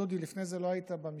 דודי, לפני זה לא היית במשכן.